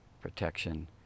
protection